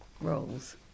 roles